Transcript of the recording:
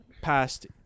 passed